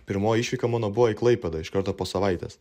pirmoji išvyka mano buvo į klaipėdą iš karto po savaitės